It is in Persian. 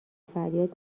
فریاد